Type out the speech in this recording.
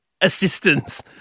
assistance